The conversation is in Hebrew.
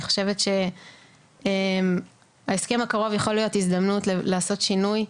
אני חושבת שההסכם הקרוב יכול להיות הזדמנות לעשות שינוי.